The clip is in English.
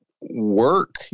work